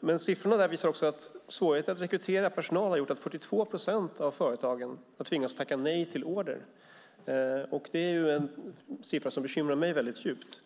Men siffrorna där visar också att svårigheterna att rekrytera personal har gjort att 42 procent av företagen har tvingats tacka nej till order. Det är en siffra som bekymrar mig djupt.